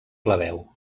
plebeu